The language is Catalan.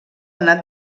anat